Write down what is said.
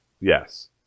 Yes